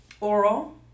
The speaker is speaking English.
oral